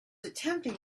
attempting